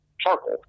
charcoal